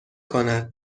کند